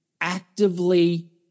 actively